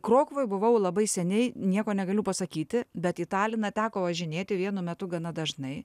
krokuvoj buvau labai seniai nieko negaliu pasakyti bet į taliną teko važinėti vienu metu gana dažnai